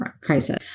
crisis